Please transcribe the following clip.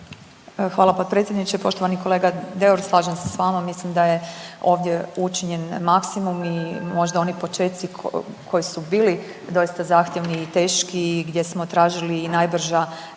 Hvala potpredsjedniče. Poštovani kolega Deur, slažem se s vama, mislim da je ovdje učinjen maksimum i možda oni počeci koji su bili doista zahtjevni i teški i gdje smo tražili i najbrža